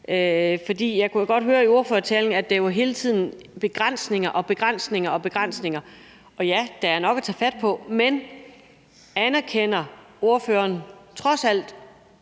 Jeg kunne jo godt høre i ordførertalen, at det hele tiden var begrænsninger og begrænsninger. Og ja, der er nok at tage fat på, men anerkender ordføreren trods alt